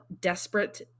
desperate